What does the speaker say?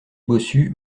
bossu